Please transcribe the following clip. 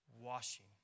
washing